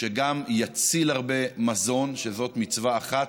שגם יציל הרבה מזון, שזאת מצווה אחת,